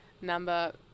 number